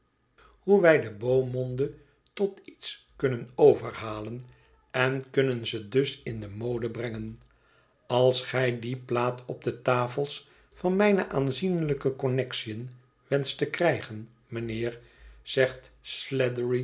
hoe wij de beau monde tot iets kunnen overhalen en kunnen ze dus in de mode brengen als gij die plaat op de tafels van mijne aanzienlijke connexiën wenscht te krijgen mijnheer zegt sladdery